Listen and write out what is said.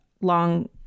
long